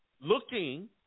looking